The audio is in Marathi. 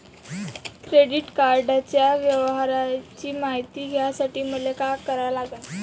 क्रेडिट कार्डाच्या व्यवहाराची मायती घ्यासाठी मले का करा लागन?